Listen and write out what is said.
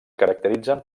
caracteritzen